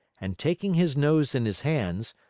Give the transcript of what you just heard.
and taking his nose in his hands,